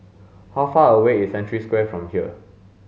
how far away is Century Square from here